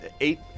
eight